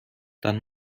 dann